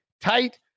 tight